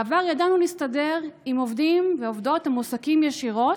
בעבר ידענו להסתדר עם עובדים ועובדות שמועסקים ישירות,